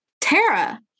Tara